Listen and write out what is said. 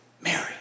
Mary